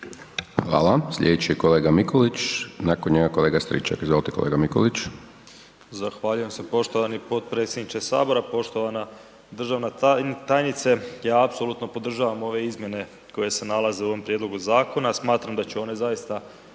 Hvala. Sljedeća replika kolega Bačić, nakon njega kolega Maras. Izvolite kolega Bačić.